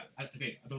Okay